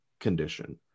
Condition